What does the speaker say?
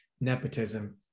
nepotism